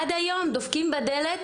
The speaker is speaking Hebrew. עד היום דופקים בדלת,